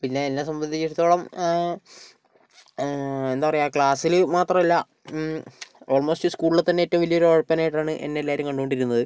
പിന്നെ എന്നെ സംബന്ധിച്ചെടത്തോളം എന്താ പറയുക ക്ലാസ്സില് മാത്രല്ല ഓൾ മോസ്റ്റ് സ്കൂളിലെ തന്നെ ഏറ്റവും വലിയ ഒരു ഒഴപ്പനായിട്ടാണ് എന്നെ എല്ലാവരും കണ്ടോണ്ടിരുന്നത്